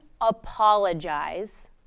apologize